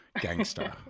gangster